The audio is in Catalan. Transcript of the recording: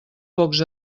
pocs